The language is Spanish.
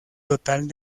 total